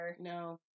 No